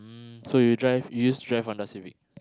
mm so you drive you used to drive Honda-Civic